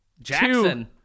Jackson